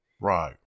Right